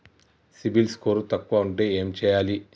CIBIL score తక్కువ ఉంటే ఏం చేయాలి?